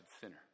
sinner